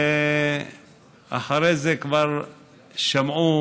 ואחרי זה כבר שמעו